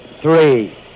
three